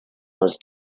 was